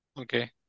Okay